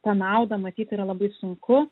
tą naudą matyt yra labai sunku